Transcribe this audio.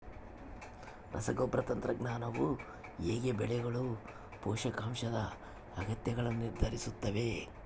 ರಸಗೊಬ್ಬರ ತಂತ್ರಜ್ಞಾನವು ಹೇಗೆ ಬೆಳೆಗಳ ಪೋಷಕಾಂಶದ ಅಗತ್ಯಗಳನ್ನು ನಿರ್ಧರಿಸುತ್ತದೆ?